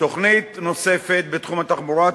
תוכנית נוספת בתחום התחבורה,